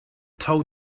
told